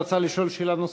אדוני רצה לשאול שאלה נוספת.